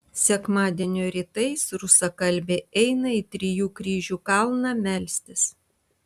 sekmadienio rytais rusakalbiai eina į trijų kryžių kalną melstis